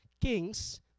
kings